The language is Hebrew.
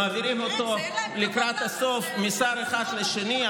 מעבירים אותו לקראת הסוף משר אחד לשני.